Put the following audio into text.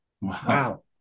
Wow